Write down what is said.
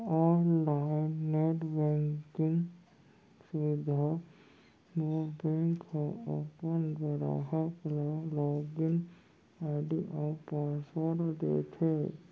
online net banking सुबिधा बर bank ह अपन गराहक ल लॉगिन आईडी अउ पासवर्ड देथे